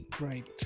right